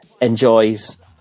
enjoys